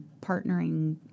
partnering